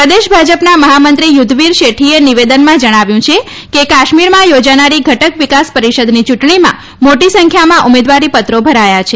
પ્રદેશ ભાજપના મહામંત્રી યુધવીર શેઠીએ નિવેદનમાં જણાવ્યું છે કે કાશ્મીરમાં યોજાનારી ઘટક વિકાસ પરિષદની ચૂંટણીમાં મોટી સંખ્યામાં ઉમેદવારીપત્રો ભરાયા છે